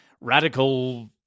radical